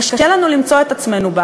קשה לנו למצוא בה את עצמנו.